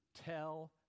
tell